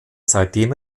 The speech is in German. seitdem